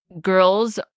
girls